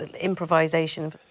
improvisation